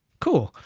cool,